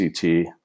CT